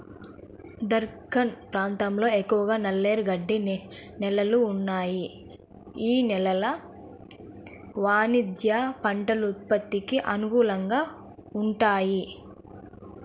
దక్కన్ ప్రాంతంలో ఎక్కువగా నల్లరేగడి నేలలు ఉన్నాయి, యీ నేలలు వాణిజ్య పంటల ఉత్పత్తికి అనుకూలంగా వుంటయ్యి